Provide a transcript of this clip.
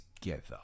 together